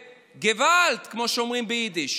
געוואלד, כמו שאומרים ביידיש.